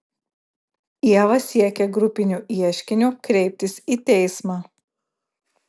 ieva siekia grupiniu ieškiniu kreiptis į teismą